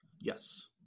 Yes